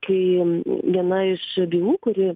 kai viena iš bylų kuri